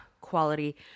quality